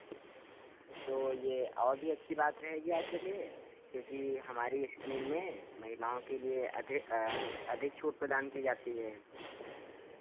तो ये और भी अच्छी बात रहेगी आपके लिए क्योंकि हमारी स्कीम में महिलाओं के लिए अधिक अधिक छूट प्रदान की जाती है